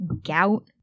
gout